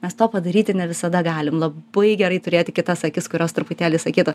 mes to padaryti ne visada galim labai gerai turėti kitas akis kurios truputėlį sakytų